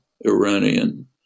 Iranian